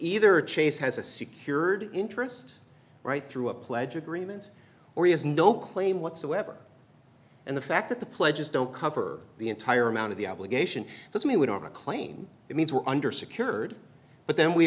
either chase has a secured interest right through a pledge agreement or he has no claim whatsoever and the fact that the pledges don't cover the entire amount of the obligation does mean we don't claim it means we're under secured but then we